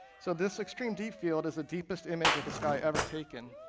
so this extreme deep field is the deepest image of the sky ever taken.